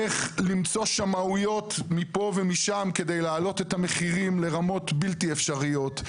איך למצוא שמאויות מפה ומשם כדי להעלות את המחירים לרמות בלתי אפשריות?